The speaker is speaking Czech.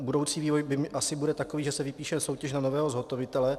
Budoucí vývoj asi bude takový, že se vypíše soutěž na nového zhotovitele.